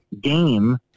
game